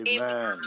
Amen